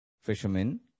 fishermen